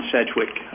Sedgwick